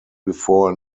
before